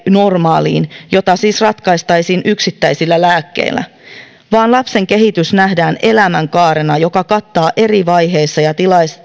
normaaliin mitä siis ratkaistaisiin yksittäisillä lääkkeillä vaan lapsen kehitys nähdään elämänkaarena joka kattaa eri vaiheissa ja